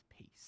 peace